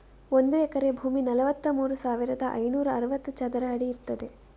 ಒಂದು ಎಕರೆ ಭೂಮಿ ನಲವತ್ತಮೂರು ಸಾವಿರದ ಐನೂರ ಅರವತ್ತು ಚದರ ಅಡಿ ಇರ್ತದೆ